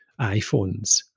iPhones